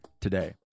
today